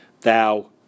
thou